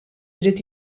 irid